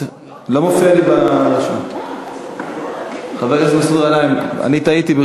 לא מופיע לי, חבר הכנסת מסעוד גנאים, אני טעיתי.